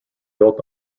built